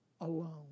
alone